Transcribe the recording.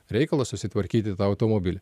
reikalas susitvarkyti tą automobilį